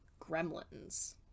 Gremlins